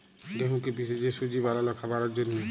গেঁহুকে পিসে যে সুজি বালাল খাবারের জ্যনহে